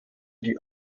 die